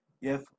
yes